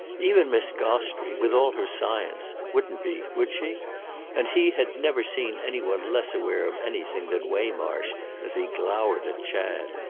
even miss gostrey, with all her science, wouldn't be, would she and he had never seen any one less aware of anything than waymarsh as he glowered at chad.